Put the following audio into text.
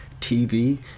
TV